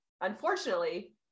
unfortunately